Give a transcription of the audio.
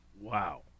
Wow